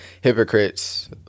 hypocrites